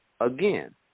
again